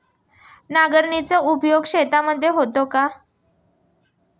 नांगराचा उपयोग शेतीमध्ये होतो का?